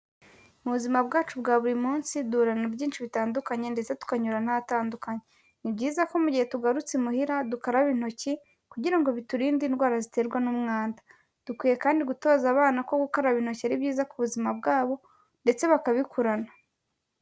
Mu buzima bwacu bwa buri munsi, duhura na byinshi bitandukanye, ndetse tukanyura na hatandukanye, ni byiza ko mu gihe tugarutse imuhira dukaraba intoki, kugira biturinde indwara ziterwa n'umwanda, dukwiye kandi gutoza abana ko gukaraba intoki ari byiza ku buzima bwabo, ndetse bakabikurana.